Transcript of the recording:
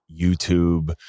YouTube